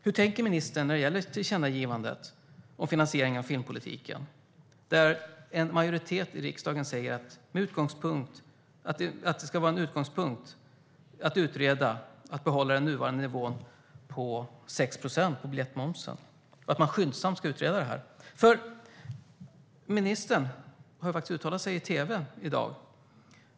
Hur tänker ministern när det gäller tillkännagivandet om finansiering av filmpolitiken, där en majoritet i riksdagen säger att det ska vara en utgångspunkt att man skyndsamt utreder att behålla den nuvarande nivån på 6 procent på biljettmomsen? Ministern har uttalat sig i SVT i dag.